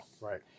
Right